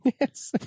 Yes